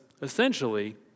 essentially